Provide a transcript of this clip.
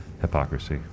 hypocrisy